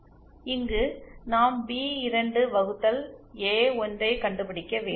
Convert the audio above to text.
இங்கு நாம் பி2 வகுத்தல் ஏ1 ஐ கண்டுபிடிக்க வேண்டும்